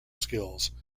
skills